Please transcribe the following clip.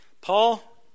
Paul